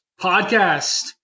Podcast